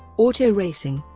auto racing